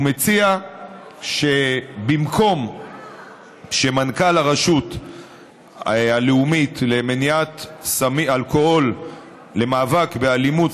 הוא מציע שבמקום שמנכ"ל הרשות הלאומית למאבק באלימות,